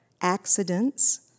accidents